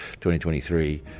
2023